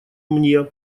мне